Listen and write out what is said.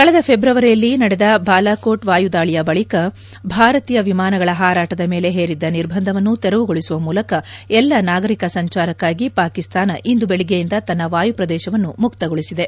ಕಳೆದ ಫೆಬ್ರವರಿಯಲ್ಲಿ ನಡೆದ ಬಾಲಾಕೋಟ್ ವಾಯು ದಾಳಿಯ ಬಳಿಕ ಭಾರತೀಯ ವಿಮಾನಗಳ ಹಾರಾಟದ ಮೇಲೆ ಹೇರಿದ್ದ ನಿರ್ಬಂಧವನ್ನು ತೆರವುಗೊಳಿಸುವ ಮೂಲಕ ಎಲ್ಲ ನಾಗರಿಕ ಸಂಚಾರಕ್ಕಾಗಿ ಪಾಕಿಸ್ತಾನ ಇಂದು ಬೆಳಗ್ಗೆಯಿಂದ ತನ್ನ ವಾಯು ಪ್ರದೇಶವನ್ನು ಮುಕ್ತಗೊಳಿಸಿದೆ